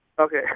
Okay